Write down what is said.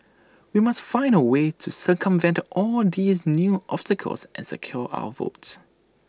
we must find A way to circumvent all these new obstacles and secure our votes